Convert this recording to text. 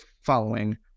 following